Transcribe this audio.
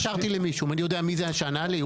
התקשרתי למישהו, אני יודע מי ענה לי?